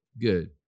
Good